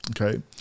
okay